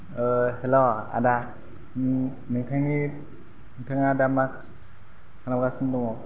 हेल' आदा नो नोंथांनि नोंथाङा दा मा खालामगासिनो दङ